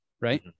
right